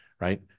right